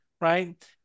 Right